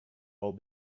all